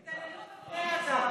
יובל, זו התעללות בבני אדם.